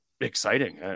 exciting